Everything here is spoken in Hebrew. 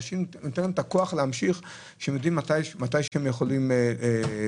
לאנשים היה את הכוח להמשיך כשהם יודעים מתי הם יכולים לפרוש.